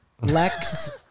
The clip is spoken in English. Lex